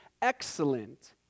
excellent